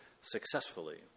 successfully